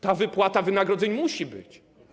Ta wypłata wynagrodzeń musi być.